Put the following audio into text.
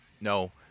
No